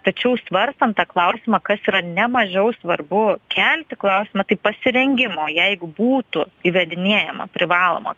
tačiau svarstant tą klausimą kas yra nemažiau svarbu kelti klausimą tai pasirengimo jeigu būtų įvedinėjama privaloma